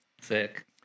Sick